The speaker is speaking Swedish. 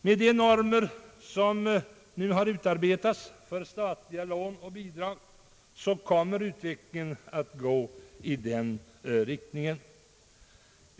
Med de normer som nu har utarbetats för statliga lån och bidrag kommer utvecklingen att gå i den riktningen.